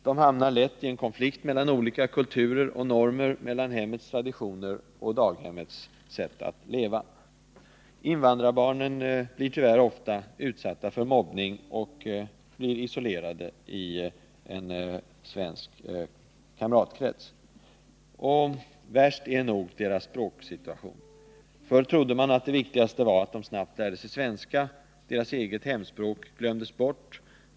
De hamnar lätt i konflikt mellan olika kulturer och normer, mellan hemmets traditioner och daghemmets sätt att leva. Invandrarbarnen blir tyvärr ofta utsatta för mobbning och blir isolerade i en svensk kamratkrets. Men värst är nog deras språksituation. Förr trodde man att det viktigaste var att de snabbt lärde sig svenska. Deras eget hemspråk glömdes bort.